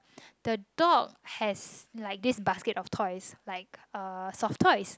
the dog has like this basket of toys like uh soft toys